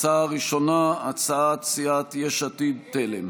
הצעה ראשונה, הצעת סיעת יש עתיד-תל"ם.